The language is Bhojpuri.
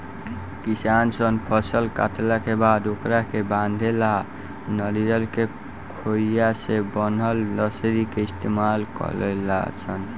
किसान सन फसल काटला के बाद ओकरा के बांधे ला नरियर के खोइया से बनल रसरी के इस्तमाल करेले सन